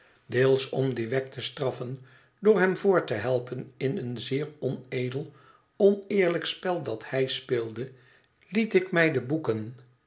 deels om dien wegg te straffen door hem voort te helpen in een zeer onedel oneerlijk spel dat hij speelde liet ik mij de boeken